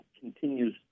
continues